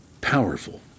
powerful